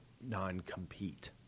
non-compete